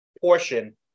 portion